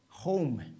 Home